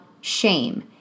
shame